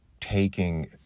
taking